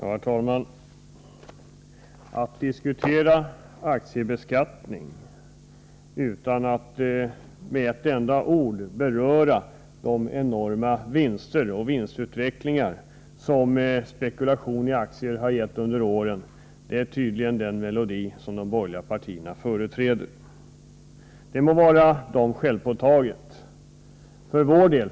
Herr talman! Att diskutera aktiebeskattning utan att med ett enda ord beröra de enorma vinster och den vinstutveckling som spekulation i aktier gett under åren är tydligen melodin för de borgerliga partierna. Det må vara dessa partier obetaget.